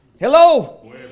hello